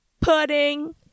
pudding